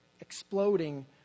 exploding